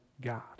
God